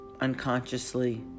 unconsciously